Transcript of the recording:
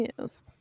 yes